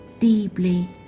deeply